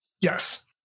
Yes